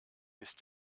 ist